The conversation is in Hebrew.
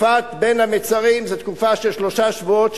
תקופת בין-המצרים זו תקופה של שלושה שבועות,